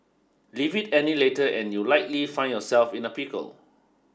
leave it any later and you'll likely find yourself in a pickle